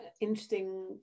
interesting